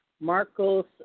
Marcos